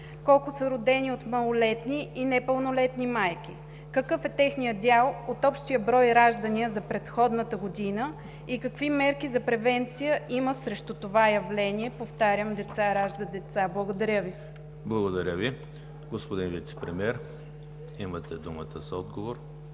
Колко са родени от малолетни и непълнолетни майки? Какъв е техният дял от общия брой раждания за предходната година и какви мерки за превенция има срещу това явление, повтарям, деца раждат деца? Благодаря Ви. ПРЕДСЕДАТЕЛ ЕМИЛ ХРИСТОВ: Благодаря Ви. Господин Вицепремиер, имате думата за отговор.